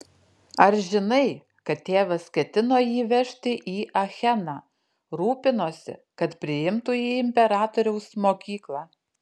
ar žinai kad tėvas ketino jį vežti į acheną rūpinosi kad priimtų į imperatoriaus mokyklą